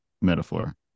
metaphor